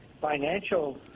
financial